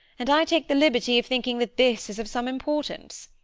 and i take the liberty of thinking that this is of some importance.